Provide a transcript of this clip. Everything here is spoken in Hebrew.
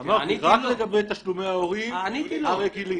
אמרתי, רק לגבי תשלומי ההורים הרגילים.